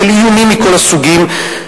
של איומים מכל הסוגים,